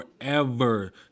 Forever